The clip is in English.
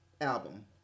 album